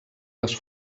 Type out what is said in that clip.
les